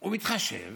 הוא מתחשב